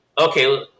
Okay